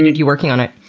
you working on it?